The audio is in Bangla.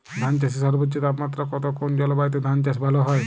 ধান চাষে সর্বোচ্চ তাপমাত্রা কত কোন জলবায়ুতে ধান চাষ ভালো হয়?